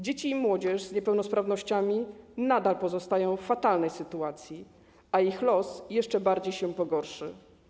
Dzieci i młodzież z niepełnosprawnościami nadal pozostają w fatalnej sytuacji, a ich los jeszcze bardziej się pogorszy.